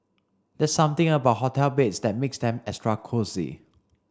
there's something about hotel beds that makes them extra cosy